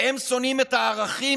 והם שונאים את הערכים